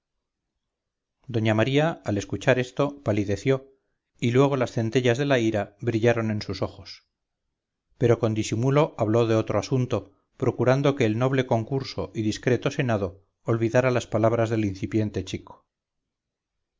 doña maría al escuchar esto palideció y luego las centellas de la ira brillaron en sus ojos pero con disimulo habló de otro asunto procurando que el noble concurso y discreto senado olvidara las palabras del incipiente chico